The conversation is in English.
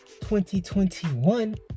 2021